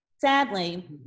Sadly